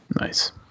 Nice